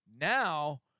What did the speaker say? now